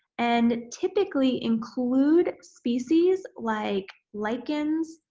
and typically, include species like lichens,